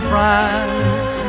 France